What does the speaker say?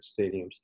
stadiums